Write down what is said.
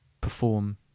perform